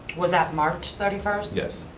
was that march thirty first? yes.